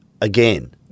again